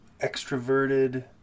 extroverted